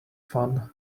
fun